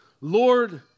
Lord